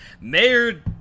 Mayor